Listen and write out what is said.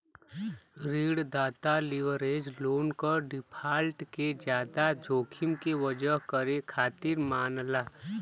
ऋणदाता leverage loan क default के जादा जोखिम के वहन करे खातिर मानला